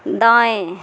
दाएं